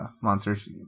monsters